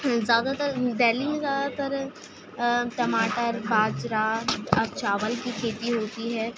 زیادہ تر دہلی میں زیادہ تر ٹماٹر باجرہ چاول کی کھیتی ہوتی ہے